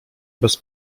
bez